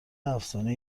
افسانه